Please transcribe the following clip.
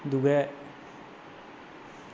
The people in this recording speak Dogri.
दूऐ